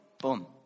boom